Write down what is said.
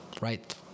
right